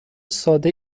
ساده